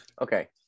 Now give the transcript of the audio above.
Okay